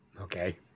okay